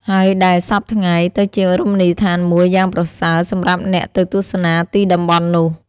ហើយដែលសព្វថ្ងៃ ទៅជារមណីយដ្ឋានមួយយ៉ាងប្រសើរ សម្រាប់អ្នកទៅទស្សនាទីតំបន់នោះ ។